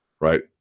right